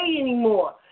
Anymore